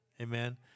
Amen